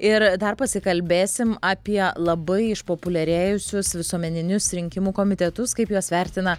ir dar pasikalbėsim apie labai išpopuliarėjusius visuomeninius rinkimų komitetus kaip juos vertina